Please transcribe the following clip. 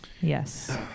Yes